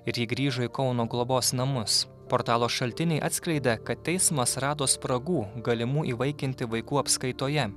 ir ji grįžo į kauno globos namus portalo šaltiniai atskleidė kad teismas rado spragų galimų įvaikinti vaikų apskaitoje